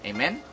Amen